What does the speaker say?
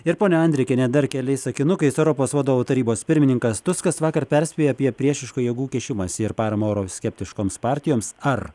ir ponia andrikienė dar keliais sakinukais europos vadovų tarybos pirmininkas tuskas vakar perspėjo apie priešiškų jėgų kišimąsi ir parama euroskeptiškoms partijoms ar